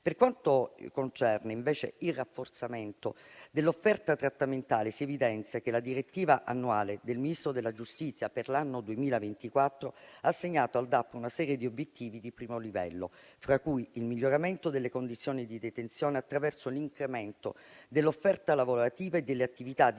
Per quanto concerne, invece, il rafforzamento dell'offerta trattamentale, si evidenzia che la direttiva annuale del Ministro della giustizia per l'anno 2024 ha assegnato al DAP una serie di obiettivi di primo livello, fra cui il miglioramento delle condizioni di detenzione, attraverso l'incremento dell'offerta lavorativa e delle attività di